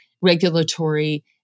regulatory